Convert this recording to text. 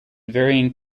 varying